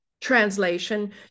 translation